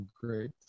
great